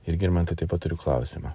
ir girmantai taip pat turiu klausimą